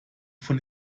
von